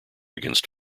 against